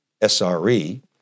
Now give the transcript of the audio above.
SRE